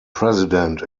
president